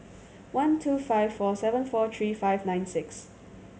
one two five four seven four three five nine six